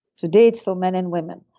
today, it's for men and women.